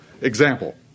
example